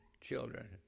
children